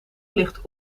ligt